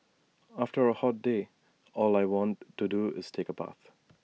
after A hot day all I want to do is take A bath